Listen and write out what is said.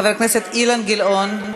חבר הכנסת אילן גילאון.